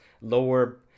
lower